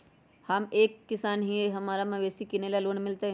हम एक किसान हिए हमरा मवेसी किनैले लोन मिलतै?